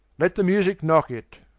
let the musicke knock it.